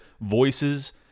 voices